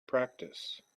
practice